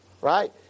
right